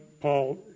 Paul